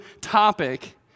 topic